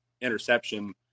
interception